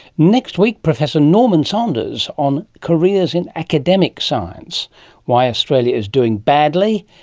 next week, professor norman saunders on careers in academic science why australia is doing badly,